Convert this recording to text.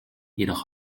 jedoch